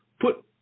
put